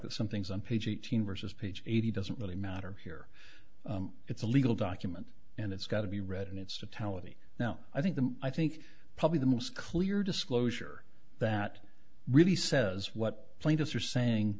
that something's on page eighteen versus page eighty doesn't really matter here it's a legal document and it's got to be read in its totality now i think the i think probably the most clear disclosure that really says what plaintiffs are saying